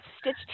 Stitch